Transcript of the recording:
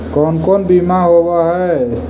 कोन कोन बिमा होवय है?